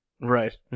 Right